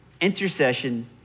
intercession